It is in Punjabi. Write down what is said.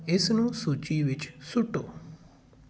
ਇਸ ਨੂੰ ਸੂਚੀ ਵਿੱਚ ਸੁੱਟੋ